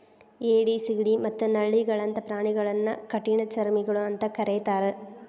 ಏಡಿ, ಸಿಗಡಿ ಮತ್ತ ನಳ್ಳಿಗಳಂತ ಪ್ರಾಣಿಗಳನ್ನ ಕಠಿಣಚರ್ಮಿಗಳು ಅಂತ ಕರೇತಾರ